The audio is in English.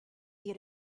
you